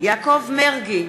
יעקב מרגי,